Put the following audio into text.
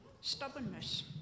stubbornness